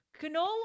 Canola